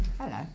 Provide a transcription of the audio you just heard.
Hello